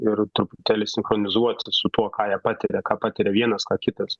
ir truputėlį sinchronizuoti su tuo ką jie patiria ką patiria vienas ką kitas